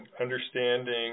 understanding